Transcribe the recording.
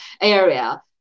area